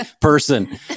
person